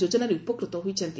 ଯୋଜନାରେ ଉପକୃତ ହୋଇଛନ୍ତି